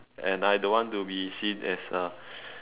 and I don't want to be seen as a